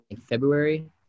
February